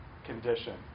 Condition